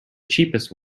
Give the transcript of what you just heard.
cheapest